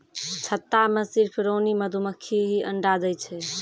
छत्ता मॅ सिर्फ रानी मधुमक्खी हीं अंडा दै छै